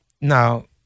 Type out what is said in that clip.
Now